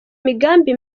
migambi